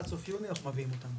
עד סוף יוני אנחנו מביאים אותם.